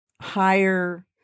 higher